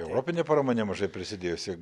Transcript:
europinė parama nemažai prisidėjusi